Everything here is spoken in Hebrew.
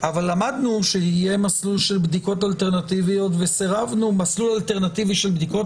אבל למדנו שיהיה מסלול אלטרנטיבי של בדיקות.